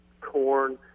corn